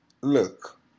Look